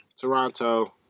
Toronto